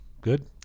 Good